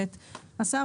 השר,